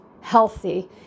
healthy